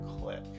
click